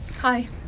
Hi